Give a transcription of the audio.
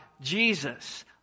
Jesus